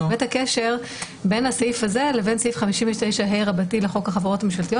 ואת הקשר בין הסעיף הזה לבין סעיף 59ה רבתי לחוק החברות הממשלתיות